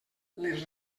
les